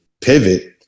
pivot